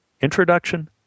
Introduction